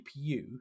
GPU